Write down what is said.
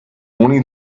only